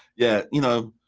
yeah, you know,